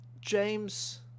James